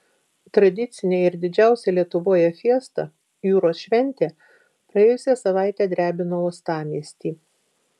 tradicinė ir didžiausia lietuvoje fiesta jūros šventė praėjusią savaitę drebino uostamiestį